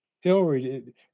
Hillary